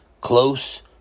close